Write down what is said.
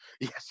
Yes